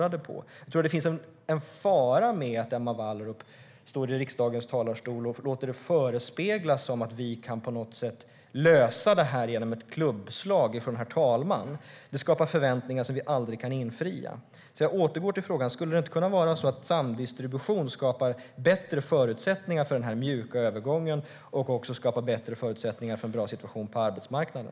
Jag tror att det finns en fara med att Emma Wallrup står i riksdagens talarstol och förespeglar att vi på något sätt kan lösa det här genom ett klubbslag från herr talmannen. Det skapar förväntningar som vi aldrig kan infria. Jag återgår till frågan. Skulle det inte kunna vara så att samdistribution skapar bättre förutsättningar för den här mjuka övergången och också skapar bättre förutsättningar för en bra situation på arbetsmarknaden?